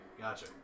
gotcha